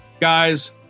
guys